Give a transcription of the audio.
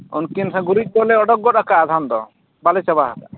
ᱩᱱᱠᱤᱱ ᱜᱩᱨᱤᱡ ᱫᱚᱞᱮ ᱚᱰᱚᱠ ᱜᱚᱫ ᱠᱟᱜᱼᱟ ᱟᱫᱷᱟᱱ ᱫᱚ ᱵᱟᱞᱮ ᱪᱟᱵᱟᱣ ᱠᱟᱜᱼᱟ